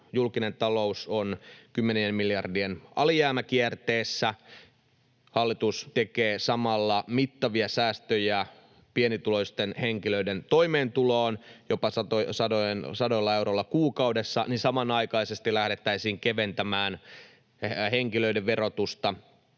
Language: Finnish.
julkinen talous on kymmenien miljardien alijäämäkierteessä, hallitus tekee samalla mittavia säästöjä pienituloisten henkilöiden toimeentuloon jopa sadoilla euroilla kuukaudessa ja lähdettäisiin samanaikaisesti keventämään sellaisten henkilöiden verotusta,